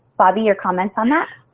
bobbi, your comments on that?